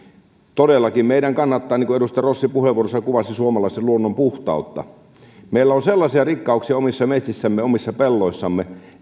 todellakin meidän kannattaa niin kuin edustaja rossi puheenvuorossaan kuvasi suomalaisen luonnon puhtautta meillä on sellaisia rikkauksia omissa metsissämme omissa pelloissamme